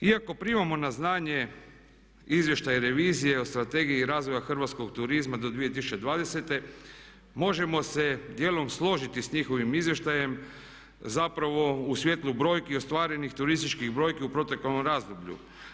Iako primamo na znanje izvještaj revizije o Strategiji razvoja hrvatskog turizma do 2020. možemo se dijelom složiti sa njihovim izvještajem zapravo u svjetlu brojki ostvarenih turističkih brojki u proteklom razdoblju.